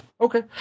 okay